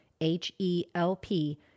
H-E-L-P